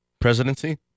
Presidency